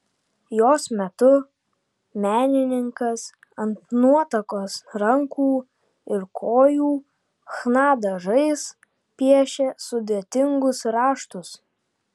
jos metu menininkas ant nuotakos rankų ir kojų chna dažais piešia sudėtingus raštus